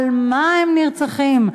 על מה הם נרצחים?